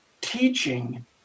teaching